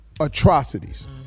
atrocities